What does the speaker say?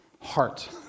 heart